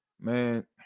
Man